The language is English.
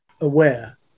aware